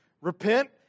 repent